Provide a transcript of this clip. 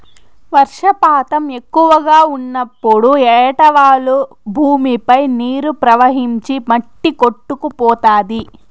వర్షపాతం ఎక్కువగా ఉన్నప్పుడు ఏటవాలు భూమిపై నీరు ప్రవహించి మట్టి కొట్టుకుపోతాది